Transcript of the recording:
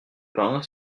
pain